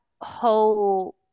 whole –